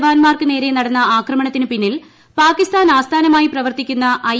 ജവാൻമാർക്ക് നേരെ നടന്ന ആക്രമണത്തിന് പിന്നിൽ പാകിസ്ഥാൻ ആസ്ഥാനമായി പ്രവർത്തിക്കുന്ന ഐ